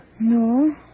No